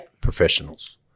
professionals